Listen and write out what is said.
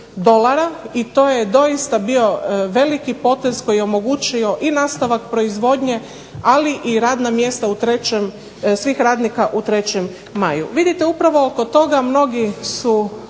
i to je doista bio veliko potez koji je omogućio i nastavak proizvodnje, ali i radna mjesta u trećem, svih radnika u 3. Maju. Vidite upravo oko toga mnogi su